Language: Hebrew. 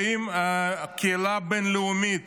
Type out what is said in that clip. ואם הקהילה הבין-לאומית